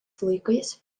laikais